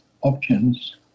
options